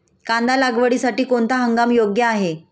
कांदा लागवडीसाठी कोणता हंगाम योग्य आहे?